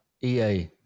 EA